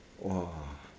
!wah!